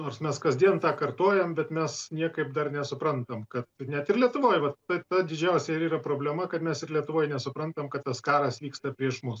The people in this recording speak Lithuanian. nors mes kasdien tą kartojam bet mes niekaip dar nesuprantam kad net ir lietuvoj vat ta ta didžiausia ir yra problema kad mes ir lietuvoj nesuprantam kad tas karas vyksta prieš mus